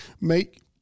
make